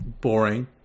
boring